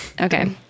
okay